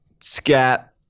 scat